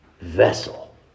vessel